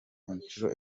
inshuro